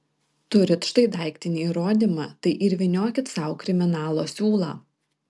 turit štai daiktinį įrodymą tai ir vyniokit sau kriminalo siūlą